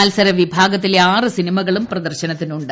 മത്സര വിഭാഗത്തിലെ ആറ് സിനിമകളും പ്രദർശനത്തിനുണ്ട്